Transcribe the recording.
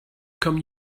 come